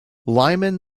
lyman